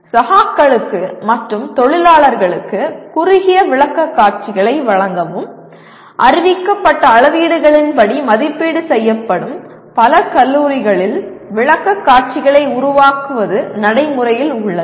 சகாக்களுக்கு மற்றும் தொழிலாளர்களுக்கு குறுகிய விளக்கக்காட்சிகளை வழங்கவும் அறிவிக்கப்பட்ட அளவீடுகளின்படி மதிப்பீடு செய்யப்படும் பல கல்லூரிகளில் விளக்கக்காட்சிகளை உருவாக்குவது நடைமுறையில் உள்ளது